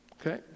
Okay